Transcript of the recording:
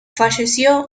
falleció